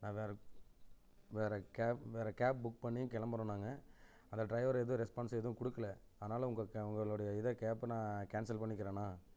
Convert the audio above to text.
நான் வேறு வேறு கேப் வேறு கேப் புக் பண்ணி கிளம்புறோம் நாங்கள் அந்த ட்ரைவர் ஏதும் ரெஸ்பான்ஸ் எதுவும் குடுக்கல அதனால உங்கள் உங்களுடைய இதை கேப நான் கேன்சல் பண்ணிக்கிறேண்ணா